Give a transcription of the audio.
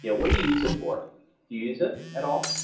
yeah what do you use it for? do you use it it all?